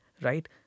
right